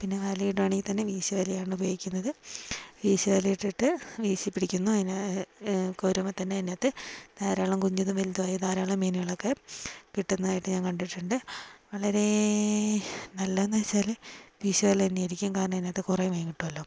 പിന്നെ വലയിടുവാനെങ്കിൽ തന്നെ വീശുവലയാണ് ഉപയോഗിക്കുന്നത് വീശുവലയിട്ടിട്ട് വീശിപ്പിടിക്കുന്നു അതിനെ കോരുമ്പോൾ തന്നെ അതിനകത്തു ധാരാളം കുഞ്ഞിതും വലുതുമായ ധാരാളം മീനുകളൊക്കെ കിട്ടുന്നതായിട്ട് ഞാൻ കണ്ടിട്ടുണ്ട് വളരേ നല്ലതെന്നുവെച്ചാല് വീശുവല തന്നെയായിരിക്കും കാരണം അതിനകത്ത് കുറെ മീൻ കിട്ടുമല്ലോ